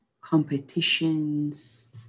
competitions